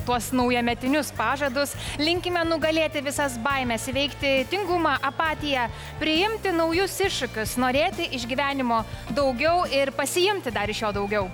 tuos naujametinius pažadus linkime nugalėti visas baimes įveikti tingumą apatiją priimti naujus iššūkius norėti iš gyvenimo daugiau ir pasiimti dar iš jo daugiau